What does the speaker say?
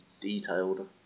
detailed